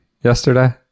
yesterday